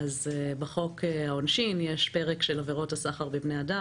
בחוק העונשין יש פרק של עבירות הסחר בבני-אדם,